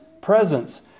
presence